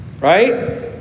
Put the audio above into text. right